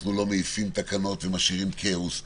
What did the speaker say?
אנחנו לא מעיפים תקנות ומשאירים כאוס.